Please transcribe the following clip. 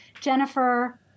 Jennifer